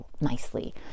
nicely